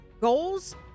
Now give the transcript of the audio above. goals